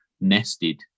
nested